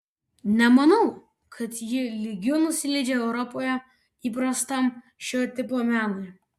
nemanau kad ji lygiu nusileidžia europoje įprastam šio tipo menui